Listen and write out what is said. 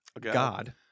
God